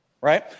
right